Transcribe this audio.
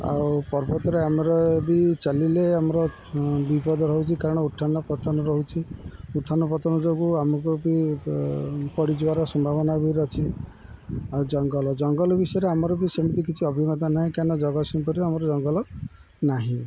ଆଉ ପର୍ବତରେ ଆମର ବି ଚାଲିଲେ ଆମର ବିପଦ ରହୁଚି କାରଣ ଉତ୍ଥାନ ପତନ ରହୁଛି ଉତ୍ଥାନ ପତନ ଯୋଗୁଁ ଆମକୁ ବି ପଡ଼ିଯିବାର ସମ୍ଭାବନା ବି ର ଅଛି ଆଉ ଜଙ୍ଗଲ ଜଙ୍ଗଲ ବିଷୟରେ ଆମର ବି ସେମିତି କିଛି ଅଭିଜ୍ଞତା ତ ନାହିଁ କାରଣ ଜଗତସିିଂହପୁରରେ ଆମର ଜଙ୍ଗଲ ନାହିଁ